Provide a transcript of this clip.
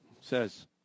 says